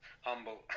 humble